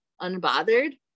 unbothered